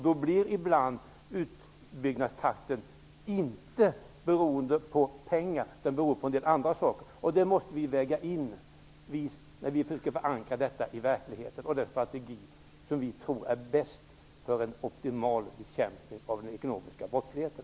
Då blir ibland utbyggnadstakten inte beroende av pengar utan av en del andra saker. Det måste vi väga in när vi försöker att förankra detta i verkligheten. Det är en strategi som vi tror är bäst för en optimal bekämpning av den ekonomiska brottsligheten.